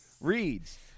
reads